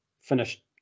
finished